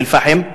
מאום-אלפחם,